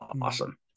Awesome